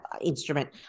instrument